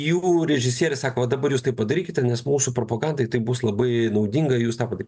jų režisieriai sako va dabar jūs tai padarykite nes mūsų propagandai tai bus labai naudinga jūs tapote